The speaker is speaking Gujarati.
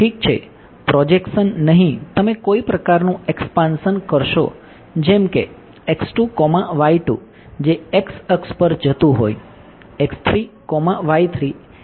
ઠીક છે પ્રોજેકસન કરશો જેમ કે જે x અક્ષ પર જતું હોય એ y અક્ષ પર જતું હોય